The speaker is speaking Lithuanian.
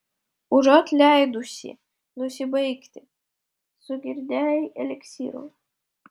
užuot leidusi nusibaigti sugirdei eliksyro